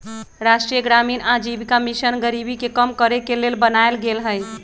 राष्ट्रीय ग्रामीण आजीविका मिशन गरीबी के कम करेके के लेल बनाएल गेल हइ